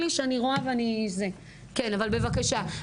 אני מבקשת שוב,